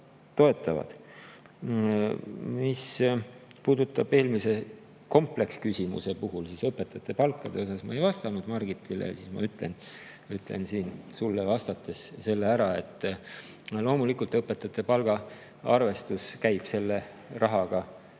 Mis puudutab eelmist kompleksküsimust, siis õpetajate palkade kohta ma ei vastanud Margitile. Ma ütlen sulle vastates selle ära, et loomulikult õpetajate palga arvestus käib selle rahaga